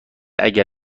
اگر